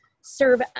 serve